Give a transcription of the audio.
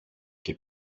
και